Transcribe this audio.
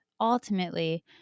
ultimately